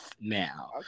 now